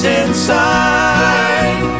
inside